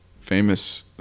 famous